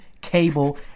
cable